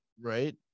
right